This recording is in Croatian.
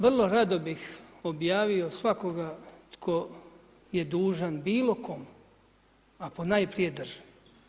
Vrlo rado bih objavio svakoga tko je dužan bilo kome a ponajprije državi.